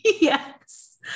yes